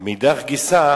ומאידך גיסא,